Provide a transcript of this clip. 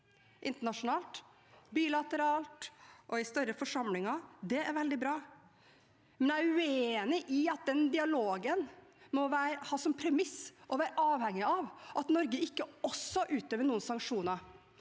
internasjonalt, bilateralt og i større forsamlinger. Det er veldig bra, men jeg er uenig i at den dialogen må ha som premiss og være avhengig av at Norge ikke også utøver noen sanksjoner.